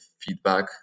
feedback